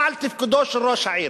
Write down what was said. או על תפקודו של ראש העיר,